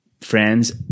friends